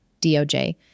DOJ